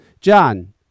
John